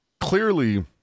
Clearly